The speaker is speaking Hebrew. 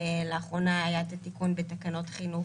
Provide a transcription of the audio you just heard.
לאחרונה היה את התיקון בתקנות חינוך,